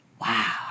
wow